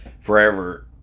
forever